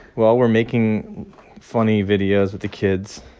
well, we're making funny videos with the kids.